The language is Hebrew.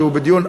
שהוא בדיון.